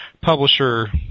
publisher